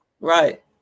Right